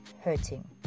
hurting